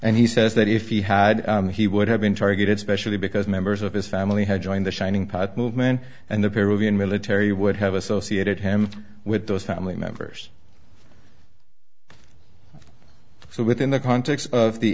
and he says that if he had he would have been targeted specially because members of his family had joined the shining path movement and the peer reviewed military would have associated him with those family members so within the context of the